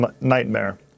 nightmare